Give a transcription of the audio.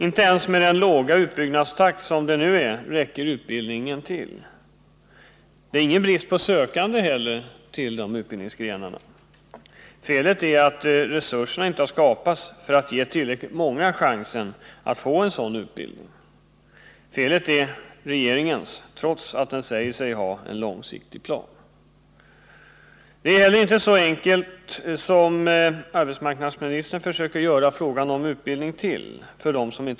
Inte ens med dagens låga utbyggnadstakt räcker utbildningen till. Inte heller är det brist på sökande till den utbildningen. Felet ligger i att resurserna inte har skapats för att ge tillräckligt många chansen att få en sådan utbildning. Felet är regeringens, trots att man säger sig ha en långsiktig plan. Frågan om utbildning för dem som inte får jobb är inte så enkel som arbetsmarknadsministern försöker göra gällande.